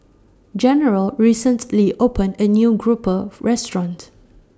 General recently opened A New Grouper Restaurant